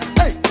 hey